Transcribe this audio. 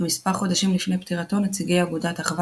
ומספר חודשים לפני פטירתו נציגי אגודת אחוה